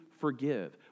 forgive